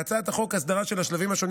בהצעת החוק יש הסדרה של השלבים השונים